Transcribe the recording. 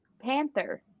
Panther